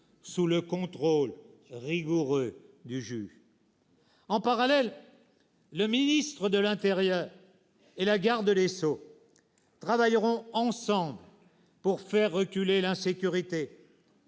sous le contrôle rigoureux du juge. « En parallèle, le ministre de l'intérieur et la garde des sceaux travailleront ensemble pour faire reculer l'insécurité.